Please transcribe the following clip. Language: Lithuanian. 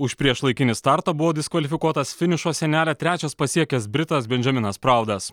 už priešlaikinį startą buvo diskvalifikuotas finišo sienelę trečias pasiekęs britas bendžaminas praudas